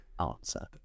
answer